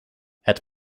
het